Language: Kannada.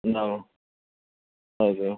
ನಾವು ಹೌದು